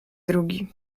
drugi